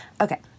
Okay